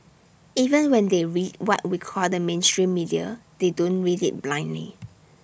even when they read what we call the mainstream media they don't read IT blindly